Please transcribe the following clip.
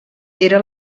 era